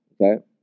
Okay